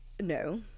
no